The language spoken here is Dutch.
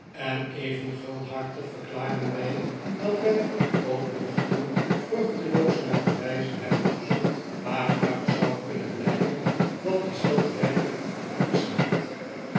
en even gulhartig verklaren wij dat wij tot nog toe vruchteloos naar bewijzen hebben gezocht waaruit zou kunnen blijken dat die stad werkelijk bestaat